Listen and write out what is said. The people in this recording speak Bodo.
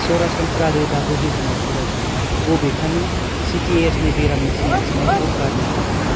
सरासनस्रा रोदा बोहैहोनाय फरायसं बबेखानि सिटिएस नि बेरामनि सिनायथिनायखौ गारनो हाया